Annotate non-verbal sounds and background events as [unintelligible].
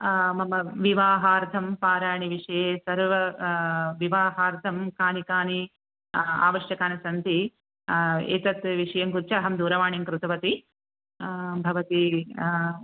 मम विवाहार्थम् पाराणिविषये सर्व विवाहार्थं कानि कानि आवश्यकानि सन्ति एतत् विषयं [unintelligible] अहं दूरवाणीं कृतवती भवती